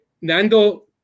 Nando